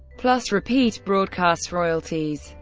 plus repeat broadcast royalties.